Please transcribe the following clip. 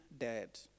dead